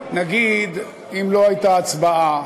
נגיד, אם לא הייתה הצבעה,